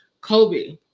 Kobe